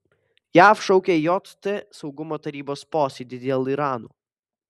jav šaukia jt saugumo tarybos posėdį dėl irano